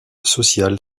social